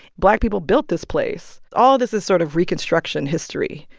black people built this place. all this is sort of reconstruction history.